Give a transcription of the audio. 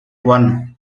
one